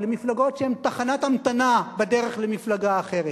למפלגות שהן תחנת המתנה בדרך למפלגה אחרת.